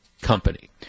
Company